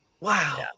Wow